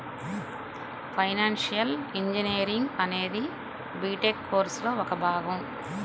financial engineering అనేది BTech కోర్సులో ఒక భాగం